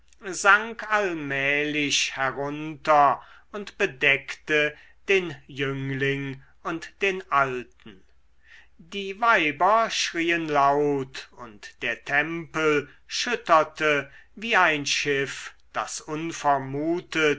sank allmählich herunter und bedeckte den jüngling und den alten die weiber schrien laut und der tempel schütterte wie ein schiff das unvermutet